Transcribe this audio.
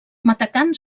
matacans